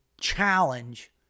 challenge